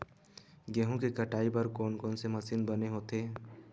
गेहूं के कटाई बर कोन कोन से मशीन बने होथे?